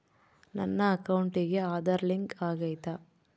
ನನ್ನ ಅಕೌಂಟಿಗೆ ಆಧಾರ್ ಲಿಂಕ್ ಆಗೈತಾ?